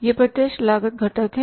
ये प्रत्यक्ष लागत घटक हैं